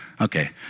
Okay